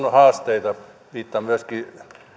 on haasteita viittaan myöskin